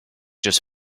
just